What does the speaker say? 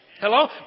Hello